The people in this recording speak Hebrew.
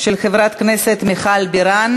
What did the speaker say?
מס' 243, של חברת הכנסת מיכל בירן.